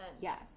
Yes